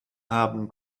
haben